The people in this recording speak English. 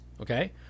okay